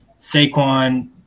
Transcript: Saquon